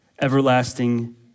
Everlasting